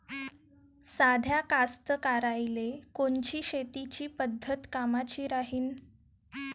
साध्या कास्तकाराइले कोनची शेतीची पद्धत कामाची राहीन?